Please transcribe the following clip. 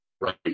right